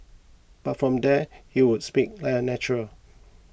but from there he would speak like a natural